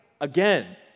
again